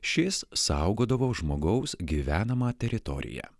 šis saugodavo žmogaus gyvenamą teritoriją